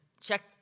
check